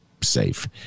safe